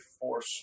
force